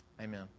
amen